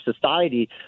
society